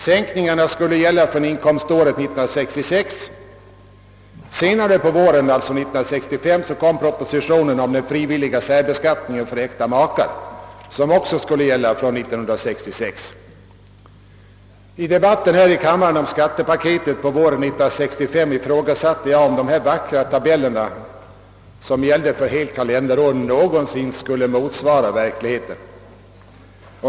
Sänkningarna skulle gälla från inkomståret 1966. Senare på våren 1965 kom propositionen om den frivilliga särbeskattningen för äkta makar, som också skulle gälla från 1966. I debatten här i kammaren om skattepaketet ifrågasatte jag om dessa vackra tabeller, som gällde helt kalenderår, någonsin skulle motsvaras av verkligheten.